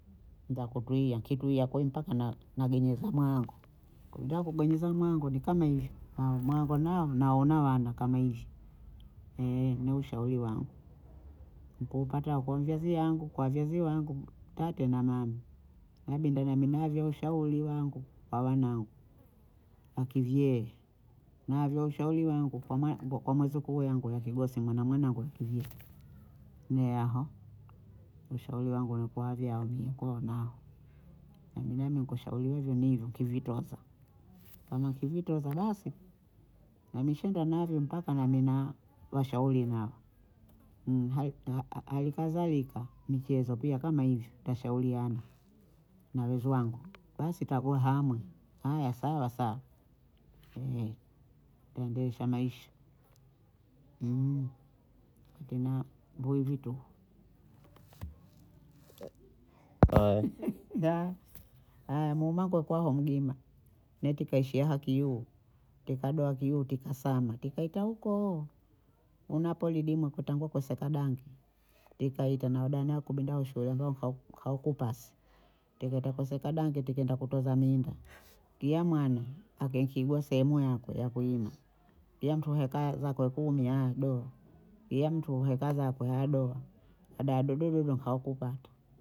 Nza kutuyia nkituyia kweyi mpaka na- na nagenyeza mwayangu, kwenta genyeza mwayangu ni kama hivyo, haya mwangu na naona wanda kama hivi ne ushauri wangu nkuupata kwa mzazi yangu wazazi wangu tate na mama, nabinda nami navyaa ushauri wangu kwa wanangu wa kivyee, navyo ushauri wangu kwa mwana kwa mwezukuu langu la kigosi maana mwanangu akivyee, ne aho ushauri wangu ule kwa wavyao niyikuwa nao, nami nami nkushauriwavyo ni hivyo kivitoza, kama nkivitoza basi namishinda navyo mpaka nami na washauri nao ha- halikadhalika mchezo kama hivyo twashauriana na weziwangu basi twagu hamwe haya sawa sawa twaendesha Maisha tena mbwe nzito mwamwa akwawa aho mgima nete kaishia hakiyu teka doha viyuu teka sama teka ita hukooo unapodidima kutangwa koseka dange, tikaita nawada na kubinda aho shule ndo ha- haukupasi teketa koseka dange tekenda kutoza mimba ya mwana akenkigwa sehemu yakwe ya kuyima, kiya ntu heka zakwe kumi hado, kiya mtu heka zakwe hado hadadodo haukupata